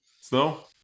snow